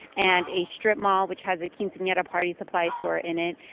and a strip mall which has a quinceneara party supply store in it.